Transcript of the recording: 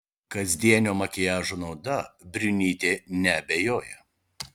kasdienio makiažo nauda briunytė neabejoja